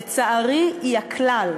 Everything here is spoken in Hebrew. לצערי, היא הכלל.